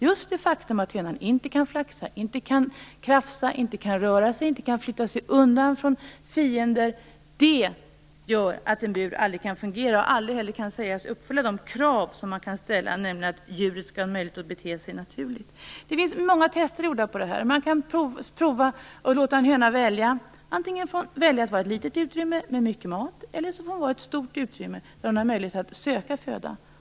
Just det faktum att hönan inte kan flaxa, inte kan krafsa, inte kan röra sig och inte kan fly undan från fiender gör att en bur aldrig kan fungera. Den kan aldrig sägas uppfylla de krav som man kan ställa, nämligen att djuret skall ha möjlighet att bete sig naturligt. Det finns många tester gjorda på det här. Man har provat med att låta en höna välja. Antingen kan hon välja ett litet utrymme med mycket mat eller ett stort utrymme där hon har möjlighet att söka föda.